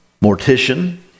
Mortician